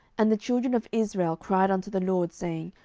and the children of israel cried unto the lord, saying,